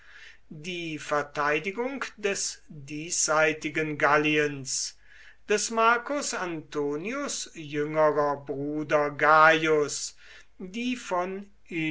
die verteidigung des diesseitigen galliens des marcus antonius jüngerer bruder gaius die von